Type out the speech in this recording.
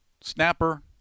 snapper